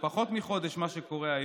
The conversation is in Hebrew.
מה זה משנה אם